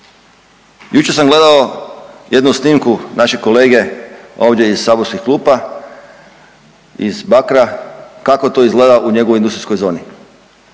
Jučer sam gledao jednu snimku našeg kolege ovdje iz saborskih klupa, iz Bakra kako to izgleda u njegovoj industrijskoj zoni